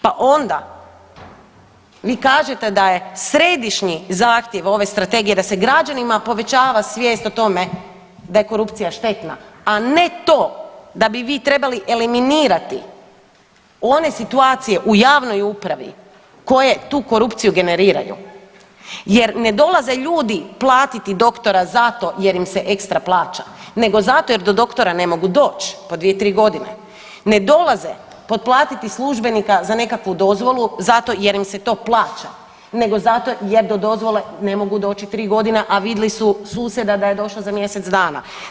Pa onda vi kažete da je središnji zahtjev ove strategije da se građanima povećava svijest o tome da je korupcija štetna, a ne to da bi vi trebali eliminirati one situacije u javnoj upravi koje tu korupciju generiraju jer ne dolaze ljudi platiti doktora zato jer im se ekstra plaća nego zato jer do doktora ne mogu doć po 2-3.g., ne dolaze potplatiti službenika za nekakvu dozvolu zato jer im se to plaća nego zato jer do dozvole ne mogu doći 3.g., a vidjeli su susjeda da je došao za mjesec dana.